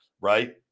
right